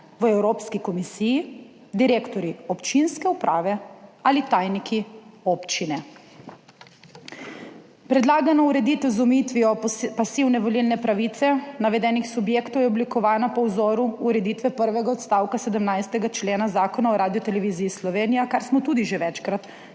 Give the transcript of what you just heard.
v Evropski komisiji, direktorji občinske uprave ali tajniki občine. Predlagana ureditev z omejitvijo pasivne volilne pravice navedenih subjektov je oblikovana po vzoru ureditve prvega odstavka 17. člena Zakona o Radioteleviziji Slovenija, kar smo tudi že večkrat